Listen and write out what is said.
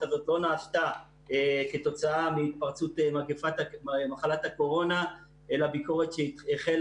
הזאת לא נעשתה כתוצאה מהתפרצות מחלת הקורונה אלא ביקורת שהחלה